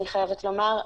אני חייבת לומר,